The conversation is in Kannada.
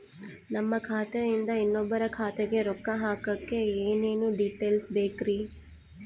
ನಮ್ಮ ಖಾತೆಯಿಂದ ಇನ್ನೊಬ್ಬರ ಖಾತೆಗೆ ರೊಕ್ಕ ಹಾಕಕ್ಕೆ ಏನೇನು ಡೇಟೇಲ್ಸ್ ಬೇಕರಿ?